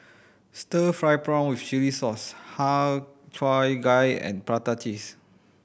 stir fried prawn with chili sauce Har Cheong Gai and prata cheese